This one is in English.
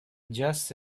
just